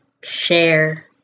share